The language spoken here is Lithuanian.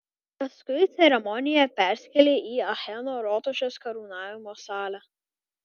paskui ceremonija persikėlė į acheno rotušės karūnavimo salę